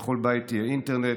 שבכל בית יהיה אינטרנט.